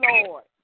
Lord